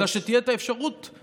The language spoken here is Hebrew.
אלא שתהיה את האפשרות,